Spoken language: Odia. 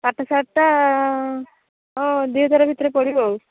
ପାଟଶାଢ଼ୀଟା ହଁ ଦୁଇହଜାର ଭିତରେ ପଡ଼ିବ ଆଉ